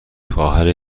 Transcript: خواهر